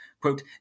Quote